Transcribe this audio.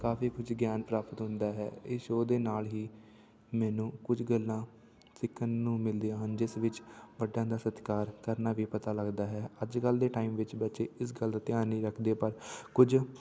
ਕਾਫੀ ਕੁਝ ਗਿਆਨ ਪ੍ਰਾਪਤ ਹੁੰਦਾ ਹੈ ਇਸ ਸ਼ੋਅ ਦੇ ਨਾਲ ਹੀ ਮੈਨੂੰ ਕੁਝ ਗੱਲਾਂ ਸਿੱਖਣ ਨੂੰ ਮਿਲਦੀਆਂ ਹਨ ਜਿਸ ਵਿੱਚ ਵੱਡਿਆਂ ਦਾ ਸਤਿਕਾਰ ਕਰਨਾ ਵੀ ਪਤਾ ਲੱਗਦਾ ਹੈ ਅੱਜ ਕੱਲ੍ਹ ਦੇ ਟਾਈਮ ਵਿੱਚ ਬੱਚੇ ਇਸ ਗੱਲ ਦਾ ਧਿਆਨ ਨਹੀਂ ਰੱਖਦੇ ਪਰ ਕੁਝ